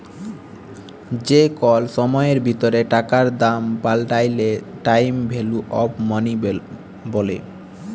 যে কল সময়ের ভিতরে টাকার দাম পাল্টাইলে টাইম ভ্যালু অফ মনি ব্যলে